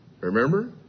Remember